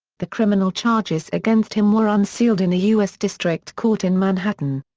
the criminal charges against him were unsealed in a u s. district court in manhattan.